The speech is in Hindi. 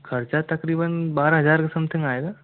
खर्चा तकरीबन बारह हजार के समथिंग आएगा